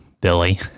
billy